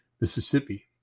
Mississippi